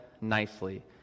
nicely